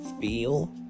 feel